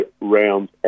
rounds